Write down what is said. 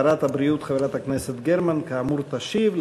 שרת הבריאות חברת הכנסת גרמן, כאמור, תשיב.